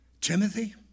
Timothy